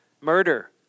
Murder